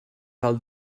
cal